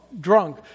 drunk